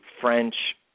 French